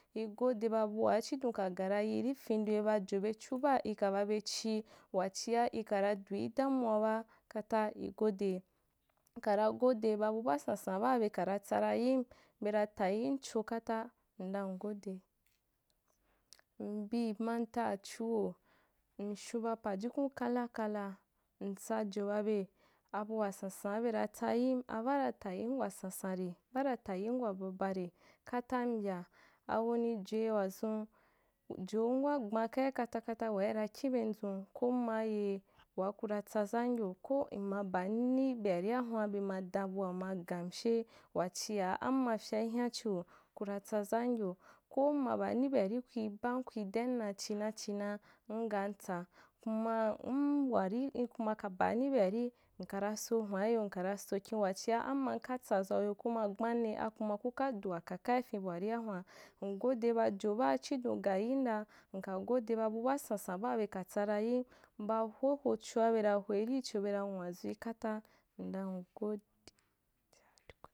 Igode ba bua chidon ka ga rayii ri fendoi, ba jo bechu baa ika ba bechi, wachia ikara dui damuwa ba, kata igode, nkara gode ba be baa sansan baa bekara tsa ra yim, be tayim cho kata ndau ngode. Mbi manta chuho, mshaun ba pajukun kala kala, ntsajo ba be abua sansana beratsa yim, abaa ra tayim wasansanre, abaaratayim wa babare, kata mbya, awanì joi wazun, jom wagban kai katakuta waa ira kin ben zun, koma ye waa kura tsazam yo, ko nma bannì bearîa hun’a be ma dan bua ma gamghe wachia amma fyea nhyan chiu, kura tsazam yo, ko m ma ban ni be arikui bam kui dan da china china, ngantsa kuma m wari nkuma ka baani be arî mkara so hwan’iyo nka ra so kin wachia amma nka tsazauyo koma gbannî akuma ku ka dua kaka ifin buaria hun’a, ngode bajo baa chidon gayim da, nka gode ba bu baa sansan baa beka tsa ra yim, ba hohochoa bera hoi richo bena nwazui kata ndan ngode.